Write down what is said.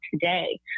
today